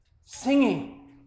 singing